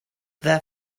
that